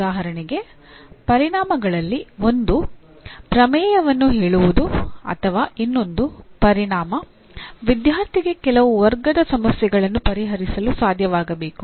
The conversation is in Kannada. ಉದಾಹರಣೆಗೆ ಪರಿಣಾಮಗಳಲ್ಲಿ ಒಂದು ಪ್ರಮೇಯವನ್ನು ಹೇಳುವುದು ಅಥವಾ ಇನ್ನೊಂದು ಪರಿಣಾಮ ವಿದ್ಯಾರ್ಥಿಗೆ ಕೆಲವು ವರ್ಗದ ಸಮಸ್ಯೆಗಳನ್ನು ಪರಿಹರಿಸಲು ಸಾಧ್ಯವಾಗಬೇಕು